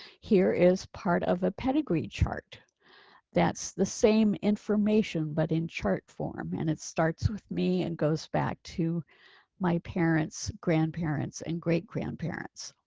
here is part of a pedigree chart that's the same information. but in chart form and it starts with me and goes back to my parents, grandparents and great grandparents.